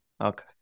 Okay